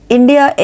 India